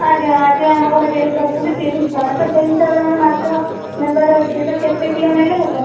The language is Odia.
ଆଜ୍ଞା ଆଜି ଆମ ଘରେ ଗେଷ୍ଟ ଅଛନ୍ତି ତିରିଶ ଜଣ ତ ସେଇ ହିସାବରେ ମୋତେ ମାଛ ନେବାର ଅଛି ତ କେତେ କିଲୋ ନେଲେ ହେବ